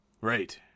Right